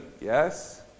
Yes